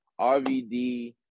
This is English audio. RVD